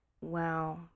Wow